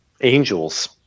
angels